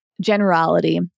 generality